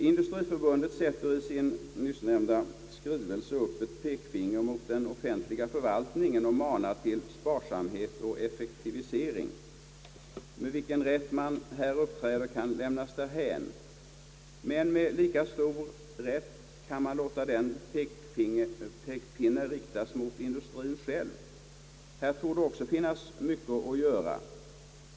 Industriförbundet sätter i sin nyss nämnda skrivelse upp ett pekfinger mot den offentliga förvaltningen och manar till sparsamhet och effektivisering. Med vilken rätt man här uppträder kan lämnas därhän. Med lika stor rätt kan man låta den pekpinnen riktas mot industrien själv. Här torde också finnas mycket att göra.